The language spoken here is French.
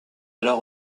alors